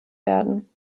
werden